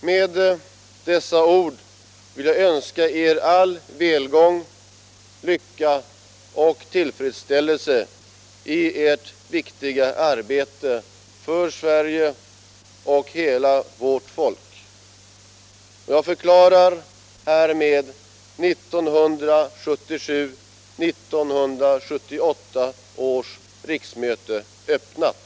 Med dessa ord vill jag önska er alla välgång, lycka och tillfredsställelse i ert viktiga arbete för Sverige och hela vårt folk, och jag förklarar härmed 1977/78 års riksmöte öppnat.